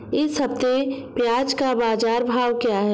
इस हफ्ते प्याज़ का बाज़ार भाव क्या है?